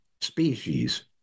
species